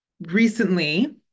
recently